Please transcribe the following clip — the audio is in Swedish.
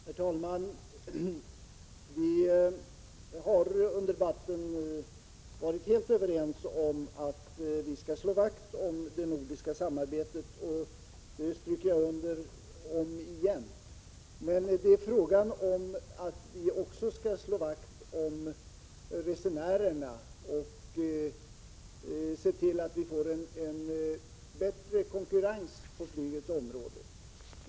Herr talman! Vi har under debatten varit helt överens om att vi skall slå vakt om det nordiska samarbetet, och nu understryker jag det igen. Men vi skall också slå vakt om resenärerna och se till att vi får en bättre konkurrens på flygets område.